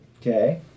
Okay